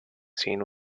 scene